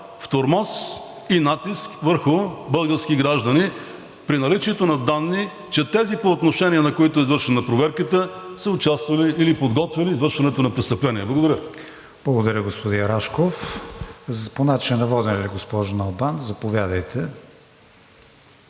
в тормоз и натиск върху български граждани при наличието на данни, че тези, по отношение на които е извършена проверката, са участвали или подготвяли извършването на престъпления. Благодаря. ПРЕДСЕДАТЕЛ КРИСТИАН ВИГЕНИН: Благодаря, господин Рашков. По начина на водене ли, госпожо Налбант? Заповядайте.